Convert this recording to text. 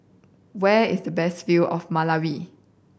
where is the best view of Malawi